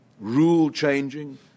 rule-changing